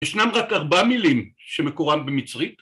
ישנן רק ארבעה מילים שמקורן במצרית.